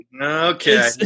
Okay